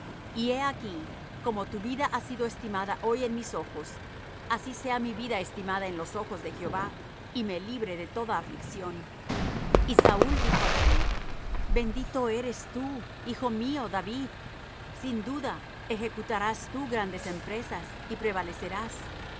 y he aquí como tu vida ha sido estimada hoy en mis ojos así sea mi vida estimada en los ojos de jehová y me libre de toda aflicción y saúl dijo á david bendito eres tú hijo mío david sin duda ejecutarás tú grandes empresas y prevalecerás